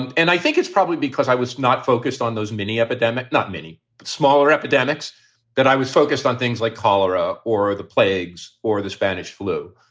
and and i think it's probably because i was not focused on those mini epidemic, not many smaller epidemics that i was focused on, things like cholera or the plagues or the spanish flu.